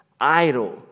Idle